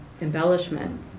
embellishment